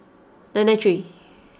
nine nine three